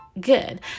good